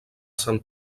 sant